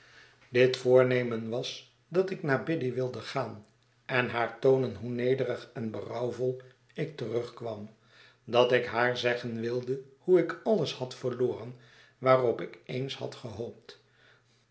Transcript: dit voornemen was dat ik naar biddy wilde gaan en haar toonen hoe nederig en berouwvol ik terugkwam dat ik haar zeggen wilde hoe ik alles had verloren waarop ik eens had gehoopt